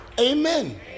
Amen